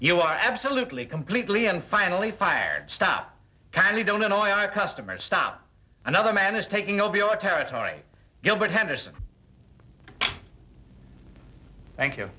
you are absolutely completely and finally fired stop can you don't annoy a customer stop another man is taking over your territory gilbert henderson thank you